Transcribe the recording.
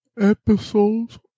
episodes